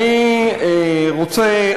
אני רוצה,